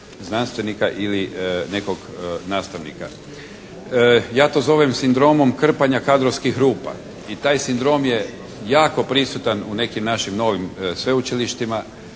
znanstvenika ili nekog nastavnika. Ja to zovem sindromom krpanja kadrovskih rupa i taj sindrom je jako prisutan u nekim našim novim sveučilištima